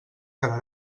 cada